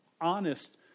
honest